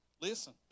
listen